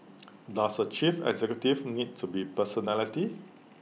does A chief executive need to be personality